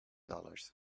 dollars